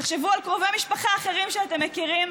תחשבו על קרובי משפחה אחרים שאתם מכירים.